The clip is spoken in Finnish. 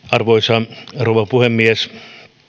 arvoisa rouva puhemies